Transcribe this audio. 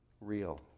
real